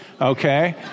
okay